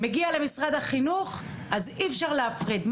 זה מגיע למשרד החינוך, אי-אפשר להפריד.